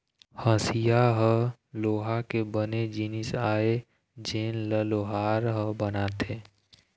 हँसिया ह लोहा के बने जिनिस आय जेन ल लोहार ह बनाथे